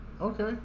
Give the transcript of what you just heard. Okay